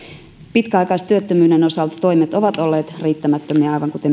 pitkäaikaistyöttömyyden osalta toimet ovat olleet riittämättömiä aivan kuten